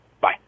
Bye